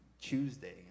Tuesday